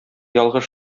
ялгыш